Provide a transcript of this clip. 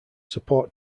support